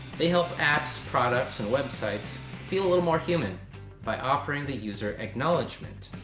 they help apps, products, and websites feel a little more human by offering the user acknowledgement.